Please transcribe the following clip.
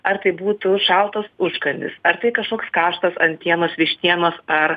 ar tai būtų šaltas užkandis ar tai kažkoks karštas antienos vištienos ar